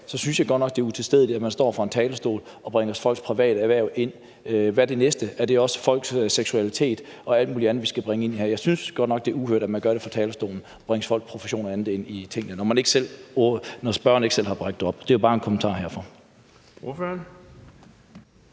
synes jeg godt nok, det er utilstedeligt, at man står fra talerstolen og bringer folks private erhverv ind i det. Hvad er det næste? Er det så også folks seksualitet og alt muligt andet, som man kan bringe ind her? Jeg synes godt nok, det er uhørt, at man fra talerstolen bringer folks profession og andet op, når spørgeren ikke selv har bragt det op. Det var bare en kommentar herfra.